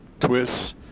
twists